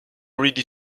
ready